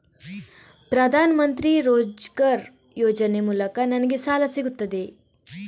ಪ್ರದಾನ್ ಮಂತ್ರಿ ರೋಜ್ಗರ್ ಯೋಜನೆ ಮೂಲಕ ನನ್ಗೆ ಸಾಲ ಸಿಗುತ್ತದೆಯೇ?